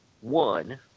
one